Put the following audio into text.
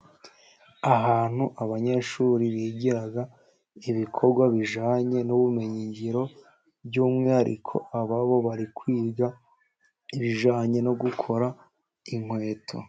Ahantu abanyeshuri bigira ibikorwa bijyanye n'ubumenyingiro, by'umwihariko aba bo bari kwiga ibijyanye no gukora inkweto.